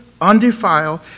undefiled